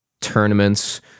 tournaments